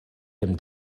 dem